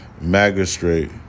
magistrate